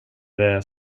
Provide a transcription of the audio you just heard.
det